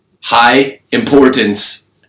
high-importance